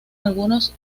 algunos